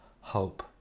hope